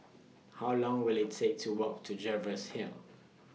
How Long Will IT Take to Walk to Jervois Hill